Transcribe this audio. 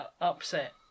upset